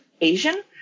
Asian